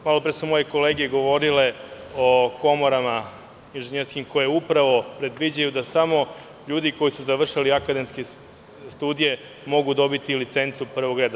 Malo pre su moje kolege govorile o inženjerskim komorama koje predviđaju da samo ljudi koji su završili akademske studije mogu dobiti licencu prvog reda.